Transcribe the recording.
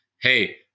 hey